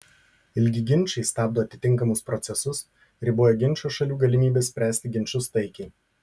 ilgi ginčai stabdo atitinkamus procesus riboja ginčo šalių galimybes spręsti ginčus taikiai